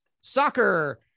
soccer